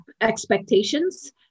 expectations